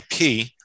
IP